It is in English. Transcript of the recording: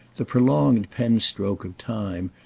the prolonged pen-stroke of time,